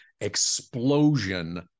explosion